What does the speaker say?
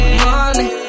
money